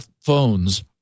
phones